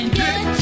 get